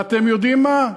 ואתם יודעים מה?